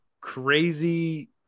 crazy